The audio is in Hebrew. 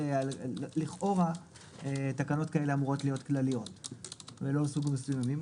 לכאורה תקנות כאלה אמורות להיות כלליות ולא סוגים מסוימים.